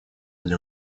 для